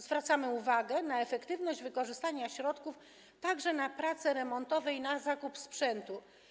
Zwracamy uwagę na efektywność wykorzystania środków także na prace remontowe i na zakup sprzętu.